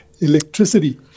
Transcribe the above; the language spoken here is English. electricity